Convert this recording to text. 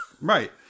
Right